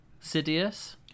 Sidious